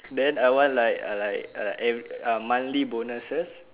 then I want like ah like ah like ev~ ah monthly bonuses